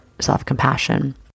self-compassion